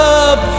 up